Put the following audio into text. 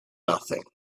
nothing